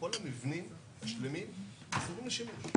כל המבנים השלמים אסורים לשימוש.